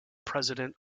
president